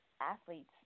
athletes